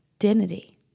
identity